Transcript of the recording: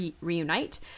reunite